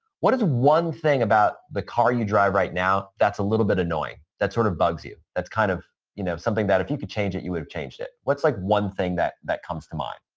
what is one thing about the car you drive right now that's a little bit annoying, that sort of bugs you, that's kind of you know something that if you could change it you would have changed it? what's like one thing that that comes to mind?